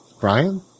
Brian